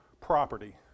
property